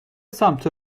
سمت